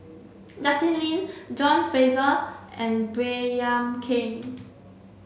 Justin Lean John Fraser and Baey Yam Keng